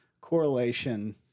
Correlation